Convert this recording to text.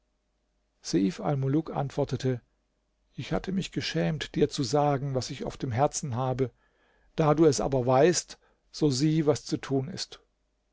antwortete ich hatte mich geschämt dir zu sagen was ich auf dem herzen habe da du es aber weißt so sieh was zu tun ist